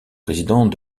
président